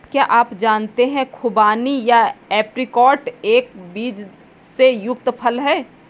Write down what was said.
क्या आप जानते है खुबानी या ऐप्रिकॉट एक बीज से युक्त फल है?